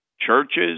churches